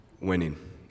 Winning